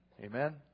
Amen